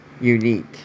unique